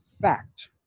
fact